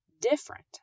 different